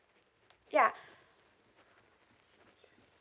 ya